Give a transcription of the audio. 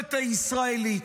התקשורת הישראלית.